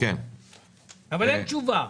אבל אין תשובה.